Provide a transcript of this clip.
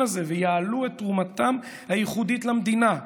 הזה ויעלו את תרומתם הייחודית למדינה.